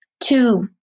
two